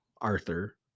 Arthur